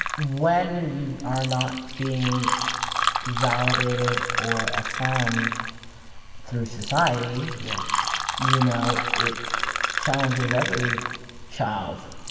when you are not being validated or affirmed through society, yeah you know, it challenges every child,